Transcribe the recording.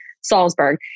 Salzburg